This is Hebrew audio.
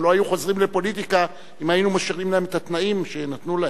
הם לא היו חוזרים לפוליטיקה אם היינו משאירים להם את התנאים שנתנו להם,